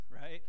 Right